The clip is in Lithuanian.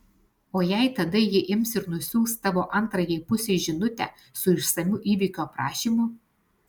o jei tada ji ims ir nusiųs tavo antrajai pusei žinutę su išsamiu įvykio aprašymu